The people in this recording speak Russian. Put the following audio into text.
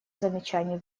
замечаний